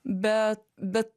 bet bet